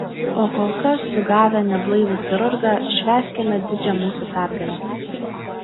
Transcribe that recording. o kol kas sugavę neblaivų chirurgą švęskime didžią mūsų pergalę